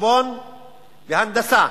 חשבון והנדסה,